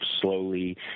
slowly